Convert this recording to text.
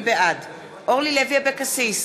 בעד אורלי לוי אבקסיס,